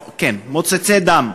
כן, מוצצי דם.